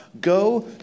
Go